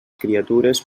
criatures